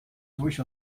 durch